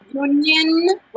Union